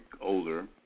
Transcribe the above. older